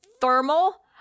thermal